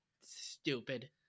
Stupid